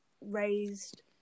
raised